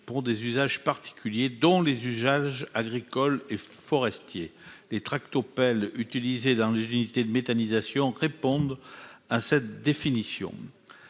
pour des usages particuliers, dont les usages agricoles et forestiers. Les tractopelles utilisées dans les unités de méthanisation répondent à cette définition.